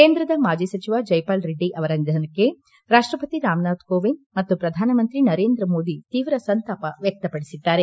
ಕೇಂದ್ರದ ಮಾಜಿ ಸಚಿವ ಜೈಪಾಲ್ ರೆಡ್ಡಿ ಅವರ ನಿಧನಕ್ಕೆ ರಾಷ್ಷಪತಿ ರಾಮನಾಥ್ ಕೋವಿಂದ್ ಮತ್ತು ಪ್ರಧಾನಮಂತ್ರಿ ನರೇಂದ್ರಮೋದಿ ತೀವ್ರ ಸಂತಾಪ ವ್ಯಕ್ತಪಡಿಸಿದ್ದಾರೆ